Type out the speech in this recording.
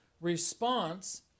response